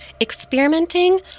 experimenting